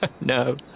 no